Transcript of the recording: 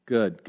Good